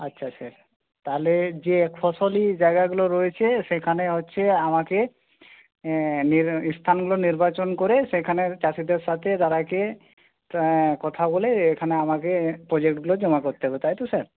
আচ্ছা স্যার তাহলে যে একফসলি জায়গাগুলো রয়েছে সেখানে হচ্ছে আমাকে স্থানগুলো নির্বাচন করে সেখানের চাষিদের সাথে তার আগে কথা বলে এখানে আমাকে প্রোজেক্টগুলো জমা করতে হবে তাই তো স্যার